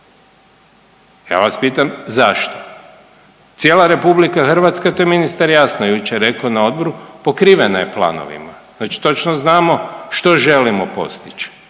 Ja vas pitam zašto? Cijela RH to je ministar jasno jučer rekao na odboru pokrivena je planovima. Znači točno znamo što želimo postići.